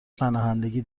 پناهندگی